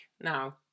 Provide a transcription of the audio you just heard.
now